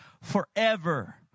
forever